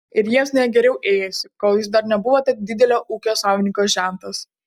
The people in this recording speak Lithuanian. ir jiems ne geriau ėjosi kol jūs dar nebuvote didelio ūkio savininko žentas